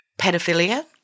pedophilia